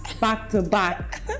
back-to-back